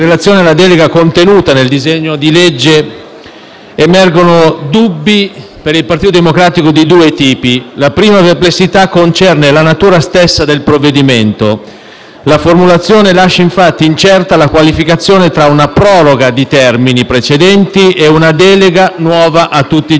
legge, per il Partito Democratico emergono dubbi di due tipi. La prima perplessità concerne la natura stessa del provvedimento. La formulazione lascia infatti incerta la qualificazione tra una proroga dei termini precedenti e una delega nuova a tutti gli effetti. In entrambi i casi il Parlamento